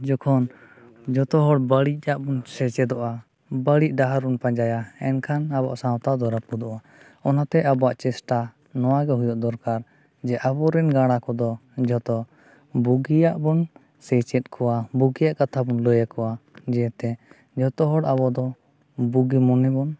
ᱡᱚᱠᱷᱚᱱ ᱡᱚᱛᱚᱦᱚᱲ ᱵᱟᱲᱤᱡᱟᱜ ᱵᱚᱱ ᱥᱮᱪᱮᱫᱚᱜᱼᱟ ᱵᱟᱲᱤᱡ ᱰᱟᱦᱟᱨ ᱵᱚᱱ ᱯᱟᱸᱡᱟᱭᱟ ᱮᱱᱠᱷᱟᱱ ᱟᱵᱚᱣᱟᱜ ᱥᱟᱶᱛᱟ ᱫᱚ ᱨᱟᱯᱩᱫ ᱫᱚᱜᱼᱟ ᱚᱱᱟᱛᱮ ᱟᱵᱚᱣᱟᱜ ᱪᱮᱥᱴᱟ ᱱᱚᱣᱟᱜᱮ ᱦᱩᱭᱩᱜ ᱫᱚᱨᱠᱟᱨ ᱡᱮ ᱟᱵᱚᱨᱮᱱ ᱜᱟᱸᱬᱟ ᱠᱚᱫᱚ ᱡᱚᱛᱚ ᱵᱩᱜᱤᱭᱟᱜ ᱵᱚᱱ ᱥᱮᱪᱮᱫ ᱠᱚᱣᱟ ᱵᱩᱜᱤᱭᱟᱜ ᱠᱟᱛᱷᱟᱵᱚᱱ ᱞᱟᱹᱭᱟᱠᱚᱣᱟ ᱡᱮᱛᱮ ᱡᱚᱛᱚᱦᱚᱲ ᱟᱵᱚ ᱫᱚ ᱵᱩᱜᱤ ᱢᱚᱱᱮ ᱵᱚᱱ